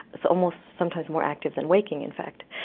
it's almost sometimes more active than waking, in fact.